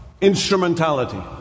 instrumentality